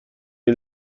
این